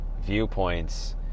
viewpoints